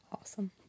Awesome